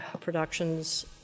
productions